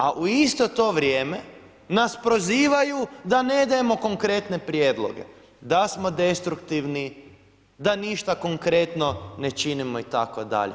A u isto to vrijeme nas prozivaju da ne dajemo konkretne prijedloge, da smo destruktivni, da ništa konkretno ne činimo itd.